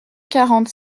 quarante